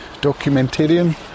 documentarian